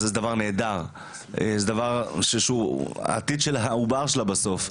זה דבר נהדר, זה העתיד של העובר שלה בסוף.